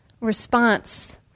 response